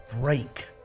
break